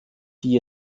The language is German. die